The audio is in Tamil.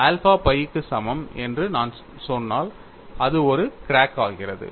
ஆல்பா phi க்கு சமம் என்று நான் சொன்னால் அது ஒரு கிராக் ஆகிறது